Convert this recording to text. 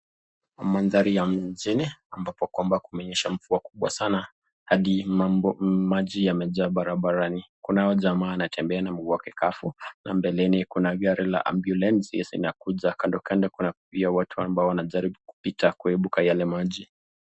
Mandhari ya mjini, ambapo kwamba kumenyesha mvua kubwa sana, hadi maji yamejaa barabarani. Kunao jamaa anatembea na mguu wake kavu, na mbeleni kuna gari la ambulensi zinakuja, kandokando kuna pia watu wanajaribu kupita kuepuka yale maji.